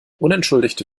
unentschuldigte